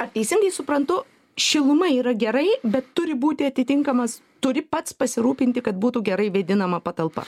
ar teisingai suprantu šiluma yra gerai bet turi būti atitinkamas turi pats pasirūpinti kad būtų gerai vėdinama patalpa